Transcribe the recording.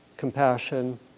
compassion